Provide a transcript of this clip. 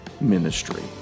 ministry